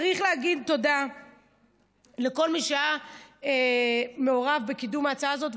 צריך להגיד תודה לכל מי שהיה מעורב בקידום ההצעה הזאת,